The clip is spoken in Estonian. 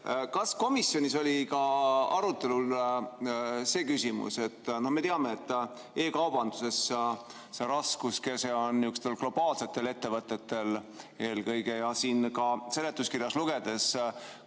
Kas komisjonis oli ka arutelul see küsimus, et me teame, et e‑kaubanduses see raskuskese on eelkõige globaalsetel ettevõtetel ja ka seletuskirjast lugedes,